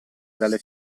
dalle